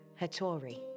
Hattori